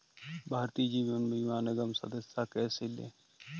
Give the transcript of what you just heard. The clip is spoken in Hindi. भारतीय जीवन बीमा निगम में सदस्यता कैसे लें?